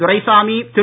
Duraisamy Thiru